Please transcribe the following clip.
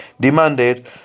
demanded